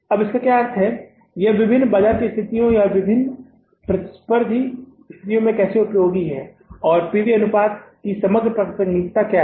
अब इसका क्या अर्थ है कि यह विभिन्न बाजार स्थितियों या विभिन्न प्रतिस्पर्धी स्थितियों में कैसे उपयोगी है और इस पीवी अनुपात की समग्र प्रासंगिकता क्या है